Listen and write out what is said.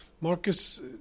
Marcus